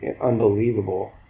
unbelievable